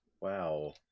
Wow